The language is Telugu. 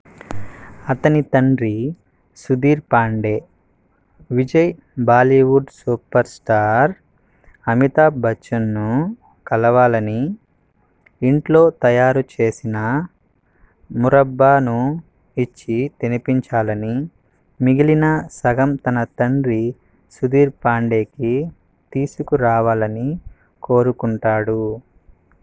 అతని తండ్రి సుధీర్ పాండే విజయ్ బాలీవుడ్ సూపర్ స్టార్ అమితాబ్ బచ్చన్ను కలవాలని ఇంట్లో తయారుచేసిన మురబ్బాను ఇచ్చి తినిపించాలని మిగిలిన సగం తన తండ్రి సుధీర్ పాండేకి తీసుకురావాలని కోరుకుంటాడు